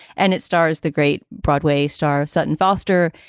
and it stars the great broadway star sutton foster.